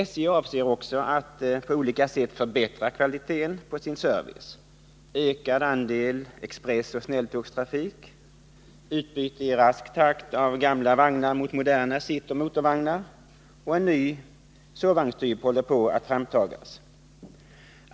SJ avser också att på olika sätt förbättra kvaliteten på sin service: ökad andel expressoch snälltågstrafik, utbyte i rask takt av gamla vagnar mot moderna sittoch motorvagnar och framtagning av en ny sovvagnstyp.